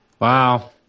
Wow